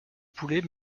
poulet